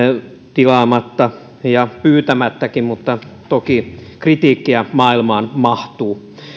tilaamatta ja pyytämättäkin mutta toki kritiikkiä maailmaan mahtuu